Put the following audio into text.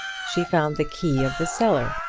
she found the key of the cellar.